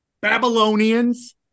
Babylonians